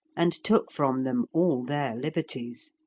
and took from them all their liberties.